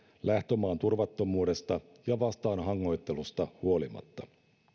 lähtömaan turvattomuudesta ja vastaanhangoittelusta huolimatta